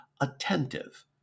attentive